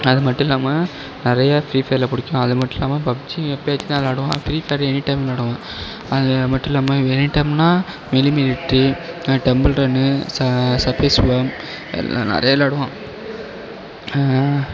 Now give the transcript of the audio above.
அது மட்டும் இல்லாமல் நிறைய ஃப்ரீ ஃபயரில் பிடிக்கும் அது மட்டும் இல்லாமல் பப்ஜி எப்பயாச்சும் தான் விளையாடுவோம் ஃப்ரீ ஃபயர் எனி டைம் விளையாடுவோம் அது மட்டும் இல்லாமல் any டைம்னால் mini military temple run நிறைய விளையாடுவோம்